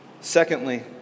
Secondly